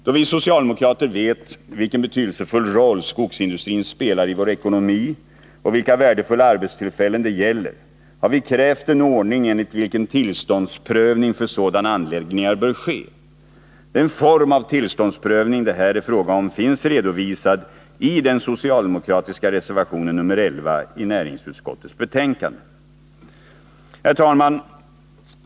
Då vi socialdemokrater vet vilken betydelsefull roll skogsindustrin spelar i vår ekonomi och vilka värdefulla arbetstillfällen det gäller, har vi krävt en ordning enligt vilken tillståndsprövning för sådana anläggningar bör ske. Den form av tillståndsprövning det här är fråga om finns redovisad i den socialdemokratiska reservationen nr 11 i näringsutskottets betänkande. Herr talman!